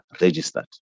registered